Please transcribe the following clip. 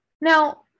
Now